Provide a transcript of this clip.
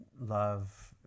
love